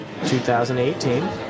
2018